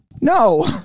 No